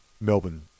Melbourne